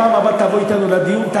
בפעם הבאה תבוא אתנו לדיון,